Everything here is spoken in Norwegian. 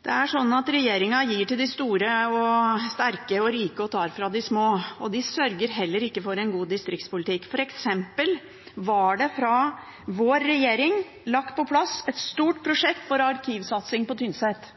de store og sterke og rike og tar fra de små. De sørger heller ikke for en god distriktspolitikk. For eksempel fikk vår regjering på plass et stort prosjekt for arkivsatsing på Tynset –